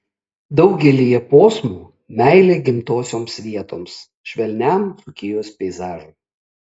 daugelyje posmų meilė gimtosioms vietoms švelniam dzūkijos peizažui